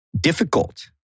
difficult